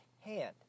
hand